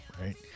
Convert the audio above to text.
right